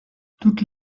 toutes